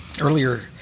Earlier